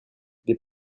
des